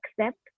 accept